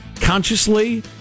consciously